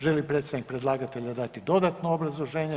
Želi li predstavnik predlagatelja dati dodatno obrazloženje?